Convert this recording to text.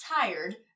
tired